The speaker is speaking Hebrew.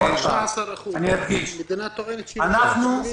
15%. המדינה טוענת --- עוד פעם, אני אדגיש.